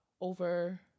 over